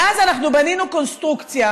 ואז אנחנו בנינו קונסטרוקציה,